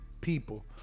people